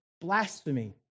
blasphemy